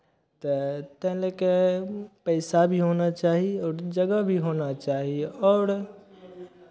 तऽ ताहि लए कऽ पैसा भी होना चाही आओर जगह भी होना चाही आओर